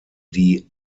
die